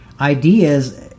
ideas